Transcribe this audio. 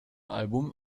album